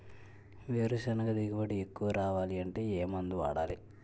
వేరుసెనగ దిగుబడి ఎక్కువ రావాలి అంటే ఏ మందు వాడాలి?